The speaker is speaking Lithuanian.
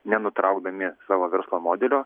nenutraukdami savo verslo modelio